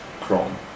chrome